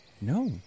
No